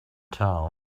town